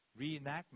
reenactment